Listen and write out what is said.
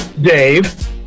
Dave